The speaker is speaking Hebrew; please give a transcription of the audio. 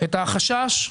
את החשש,